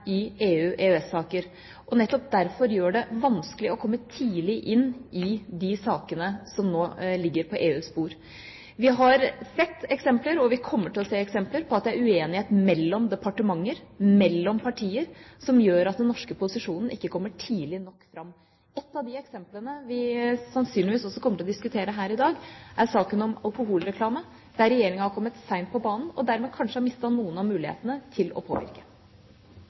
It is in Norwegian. i EU- og EØS-saker, og nettopp derfor gjør det vanskelig å komme tidlig inn i de sakene som nå ligger på EUs bord. Vi har sett eksempler, og vi kommer til å se eksempler, på at det er uenighet mellom departementer, mellom partier, som gjør at den norske posisjonen ikke kommer tidlig nok fram. Ett av de eksemplene vi sannsynligvis også kommer til å diskutere her i dag, er saken om alkoholreklame, der regjeringa har kommet sent på banen og dermed kanskje har mistet noen av mulighetene til å påvirke.